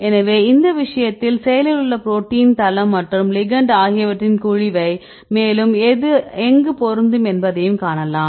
எனவே இந்த விஷயத்தில் செயலில் உள்ள புரோட்டீன் தளம் மற்றும் லிகெண்ட் ஆகியவற்றின் குழிவை மேலும் இது எங்கு பொருந்தும் என்பதையும் காணலாம்